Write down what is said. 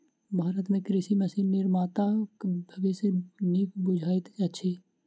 भारत मे कृषि मशीन निर्माताक भविष्य नीक बुझाइत अछि